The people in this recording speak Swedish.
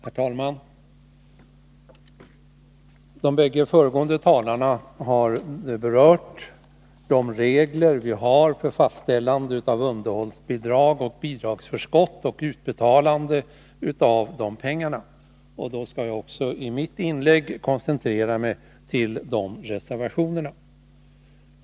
Herr talman! De bägge föregående talarna har berört de regler vi har för fastställande av underhållsbidrag och bidragsförskott och utbetalande av dessa pengar. Jag skall också i mitt inlägg koncentrera mig på de reservationer som rör dessa frågor.